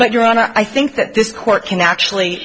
but your honor i think that this court can actually